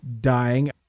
dying